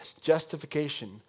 justification